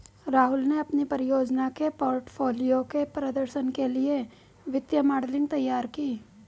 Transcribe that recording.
राहुल ने अपनी परियोजना के पोर्टफोलियो के प्रदर्शन के लिए वित्तीय मॉडलिंग तैयार की